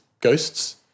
ghosts